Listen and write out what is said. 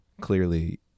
Clearly